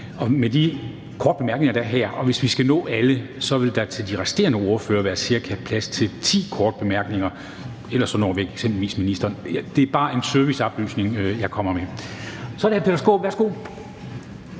med de korte bemærkninger, der er her, og hvis vi skal nå alle, så vil der til de resterende ordførere være plads til ca. ti korte bemærkninger – ellers når vi ikke ministeren. Det er bare en serviceoplysning, jeg kommer med. Så er det hr. Peter Skaarup, værsgo.